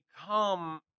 become